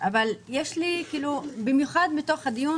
אבל זה לא יכול להימשך כך,